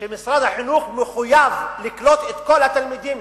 שמשרד החינוך מחויב לקלוט את כל התלמידים,